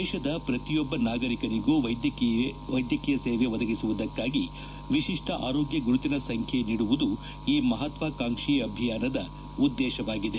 ದೇಶದ ಪ್ರತಿಯೊಬ್ಬ ನಾಗರಿಕನಿಗೂ ವೈದ್ಯಕೀಯ ಸೇವೆ ಒದಗಿಸುವುದಕ್ಕಾಗಿ ವಿಶಿಷ್ಟ ಆರೋಗ್ಯ ಗುರುತಿನ ಸಂಖ್ಯೆ ನೀಡುವುದು ಈ ಮಹತ್ವಾಕಾಂಕ್ಷಿ ಅಭಿಯಾನದ ಉದ್ದೇಶವಾಗಿದೆ